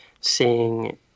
seeing